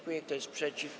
Kto jest przeciw?